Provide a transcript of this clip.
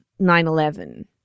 9-11